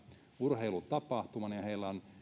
urheilutapahtuman ja ja heillä on